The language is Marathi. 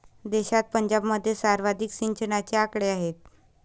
देशात पंजाबमध्ये सर्वाधिक सिंचनाचे आकडे आहेत